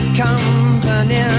company